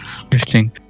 Interesting